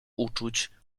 uczuć